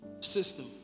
system